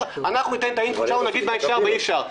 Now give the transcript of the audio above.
אנחנו ניתן את האינפוט שלנו ונגיד מה אפשר או אי אפשר.